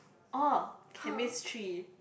oh chemistry